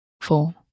four